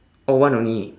oh one only